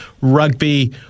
rugby